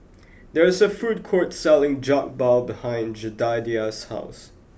there is a food court selling Jokbal behind Jedediah's house